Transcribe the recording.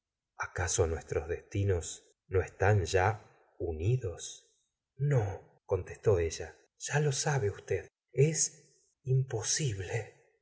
acaso nuestros destinos no están ya unidos nocontestó ella ya lo sabe usted es imposible